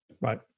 Right